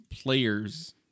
players